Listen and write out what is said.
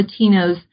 Latinos